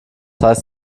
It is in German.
heißt